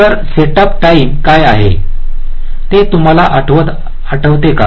तर setup time काय आहे ते तुम्हाला आठवते का